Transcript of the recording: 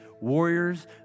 warriors